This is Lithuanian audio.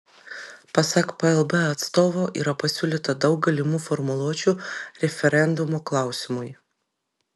pasak plb atstovo yra pasiūlyta daug galimų formuluočių referendumo klausimui